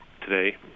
today